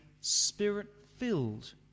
Spirit-filled